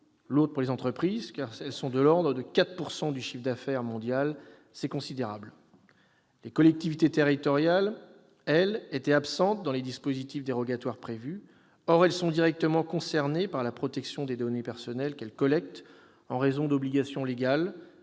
lourdes. Pour les entreprises, elles sont de l'ordre de 4 % du chiffre d'affaires mondial. C'est considérable. Les collectivités territoriales, elles, étaient absentes dans les dispositifs dérogatoires prévus. Or elles sont directement concernées par la protection des données personnelles qu'elles collectent en raison d'obligations légales-